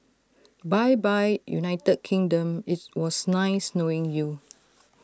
bye bye united kingdom IT was nice knowing you